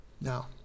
Now